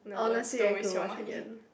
honestly I could watch again